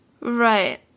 Right